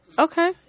Okay